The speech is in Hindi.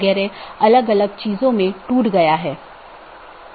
इसलिए इसमें केवल स्थानीय ट्रैफ़िक होता है कोई ट्रांज़िट ट्रैफ़िक नहीं है